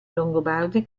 longobardi